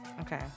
Okay